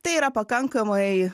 tai yra pakankamai